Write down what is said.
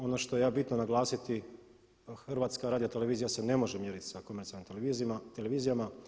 Ono što je bitno naglasiti HRT se ne može mjeriti sa komercijalnim televizijama.